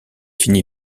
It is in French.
fini